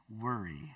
worry